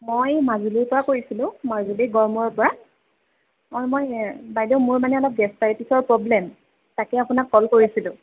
মই মাজুলীৰ পৰা কৈছিলোঁ মাজুলী গড়মূৰৰ পৰা অঁ মই বাইদেউ মোৰ মানে অলপ গেছ ডায়েটিছৰ প্ৰ'ব্লেম তাকে আপোনাক কল কৰিছিলোঁ